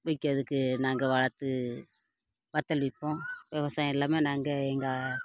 விற்கிறதுக்கு நாங்கள் வளர்த்து வத்தல் விற்போம் விவசாயம் எல்லாம் நாங்கள் எங்கள்